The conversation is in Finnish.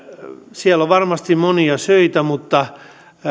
siellä on varmasti monia syitä mutta